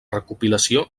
recopilació